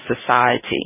society